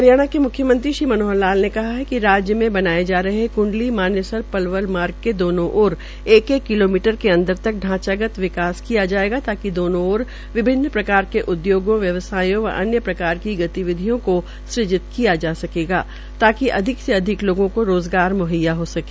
म्ख्यमंत्री मनोहर लाल ने कहा है कि राज्य में बनाये जा रहे कंलली मानेसर पलवल मार्ग के दोनों ओर एक एक किलोमीटर के अंदर तक ांचागत विकास किया जायेगा ताकि विभिन्न प्रकार के उदयोगों व्यवसायों व अन्य प्रकार की गतिविधियों को सुजित किया जा सकेगा ताकि अधिक से अधिक लोगों को रोज़गार मुहैया हो सके